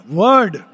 word